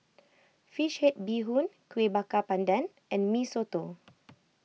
Fish Head Bee Hoon Kuih Bakar Pandan and Mee Soto